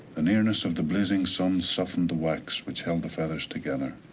ah nearness of the blazing sun softened the wax, which held the feathers together.